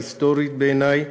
היסטורית בעיני,